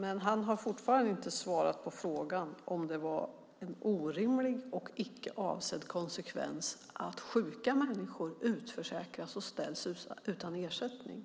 Men Ulf Kristersson har fortfarande inte svarat på frågan om det är en orimlig och icke avsedd konsekvens att sjuka människor utförsäkras och ställs utan ersättning.